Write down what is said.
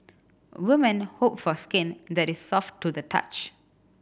women hope for skin that is soft to the touch